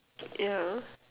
yeah